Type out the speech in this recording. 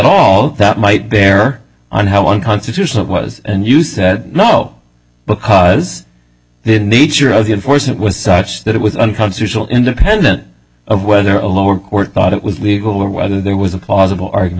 all that might bear on how unconstitutional was and you said no because then nature of the enforcement was such that it was unconstitutional independent of whether a lower court thought it was legal or whether there was a plausible argument